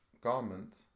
garment